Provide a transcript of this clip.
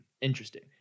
Interesting